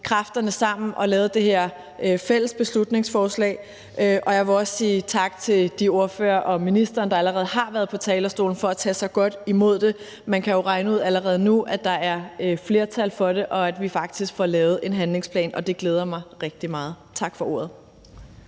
kræfterne sammen og lavede det her fælles beslutningsforslag, og jeg vil også sige tak til de ordførere og ministeren, der allerede har været på talerstolen, for at tage så godt imod det. Man kan jo allerede nu regne ud, at der er et flertal for det, og at vi faktisk får lavet en handlingsplan, og det glæder mig rigtig meget. Tak for ordet.